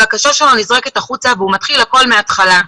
הבקשה שלו נזרקת החוצה והוא מתחיל הכול מהתחלה.